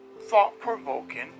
thought-provoking